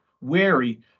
wary